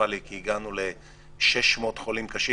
קטסטרופלי כי הגענו ל-600 חולים קשים